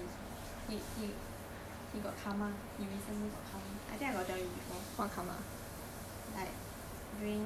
same I don't like this person also 很 cocky also he he he got karma he recently got karma I think I got tell you before